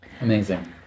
amazing